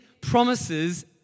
promises